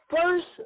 first